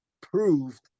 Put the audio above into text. proved